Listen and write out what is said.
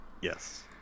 Yes